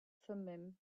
thummim